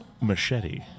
Machete